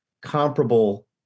comparable